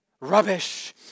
Rubbish